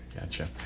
gotcha